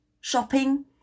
shopping